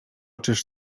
czyż